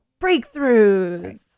breakthroughs